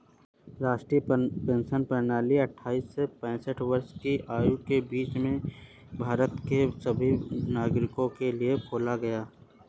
राष्ट्रीय पेंशन प्रणाली अट्ठारह से पेंसठ वर्ष की आयु के बीच भारत के सभी नागरिकों के लिए खोला गया